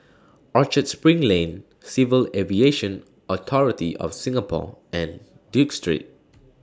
Orchard SPRING Lane Civil Aviation Authority of Singapore and Duke Street